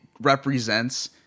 represents